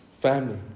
family